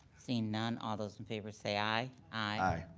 seeing none, all those in favor say aye. aye.